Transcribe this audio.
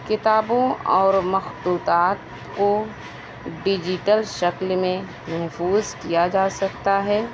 کتابوں اور مخطوطات کو ڈیجیٹل شکل میں محفوظ کیا جا سکتا ہے